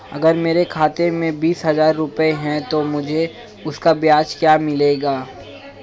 अगर मेरे खाते में बीस हज़ार रुपये हैं तो मुझे उसका ब्याज क्या मिलेगा?